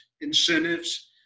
incentives